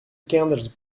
candles